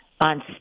on